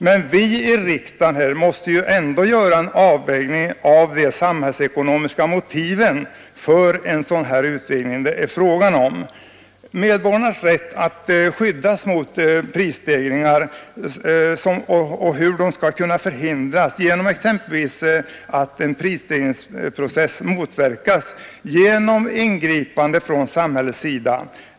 Men vi i riksdagen måste göra en avvägning av de samhällsekonomiska motiven för en sådan utvidgning som det är fråga om. Medborgarna har rätt att bli skyddade mot prisstegringar. Vi kan inte anse det vara något fel att en prisstegringsprocess motverkas genom ingripanden från samhällets sida.